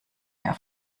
mehr